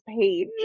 page